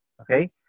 Okay